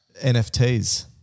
NFTs